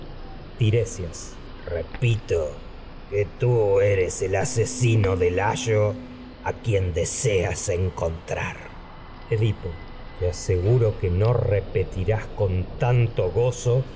tiresias repito que eres de layo a quien deseas edipo la encontrar te aseguro que no repetirás con tanto gozo